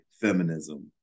feminism